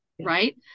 right